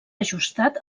ajustat